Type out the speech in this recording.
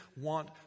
want